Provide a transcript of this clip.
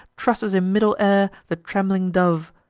trusses in middle air the trembling dove,